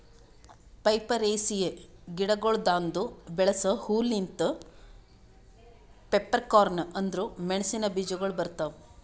ಪೈಪರೇಸಿಯೆ ಗಿಡಗೊಳ್ದಾಂದು ಬೆಳಸ ಹೂ ಲಿಂತ್ ಪೆಪ್ಪರ್ಕಾರ್ನ್ ಅಂದುರ್ ಮೆಣಸಿನ ಬೀಜಗೊಳ್ ಬರ್ತಾವ್